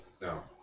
No